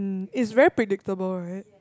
it's very predictable right